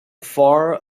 fur